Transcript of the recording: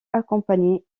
accompagné